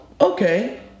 Okay